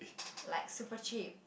like super cheap